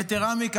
יתרה מזו,